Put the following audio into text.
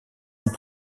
ont